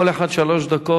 כל אחד שלוש דקות.